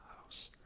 house,